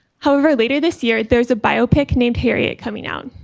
however, later this year, there's a biopic named harriet coming out.